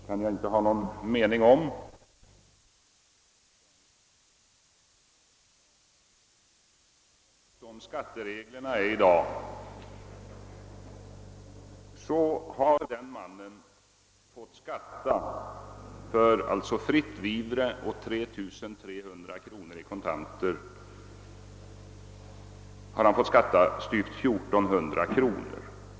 Jag bara noterar att sådana som skattereglerna är i dag har den mannen fått betala styvt 1 400 kronor i skatt.